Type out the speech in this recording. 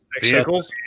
vehicles